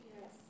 Yes